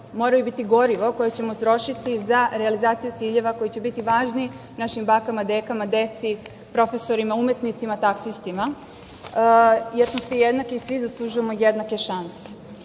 moraju biti gorivo koje ćemo trošiti za realizaciju ciljeva koji će biti važni našim bakama, dekama, deci, profesorima, umetnicima, taksistima, jer smo svi jednaki i svi zaslužujemo jednake šanse. Ja